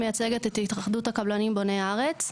אני מייצגת את התאחדות הקבלנים בוני הארץ.